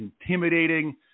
intimidating